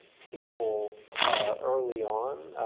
people early on.